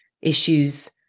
issues